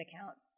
accounts